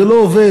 זה לא עובד,